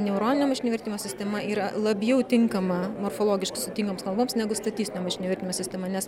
neuroninio mašininio vertimo sistema yra labiau tinkama morfologiškai sudėtingoms kalboms negu statistinio mašininio vertimo sistema nes